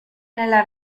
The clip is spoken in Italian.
nella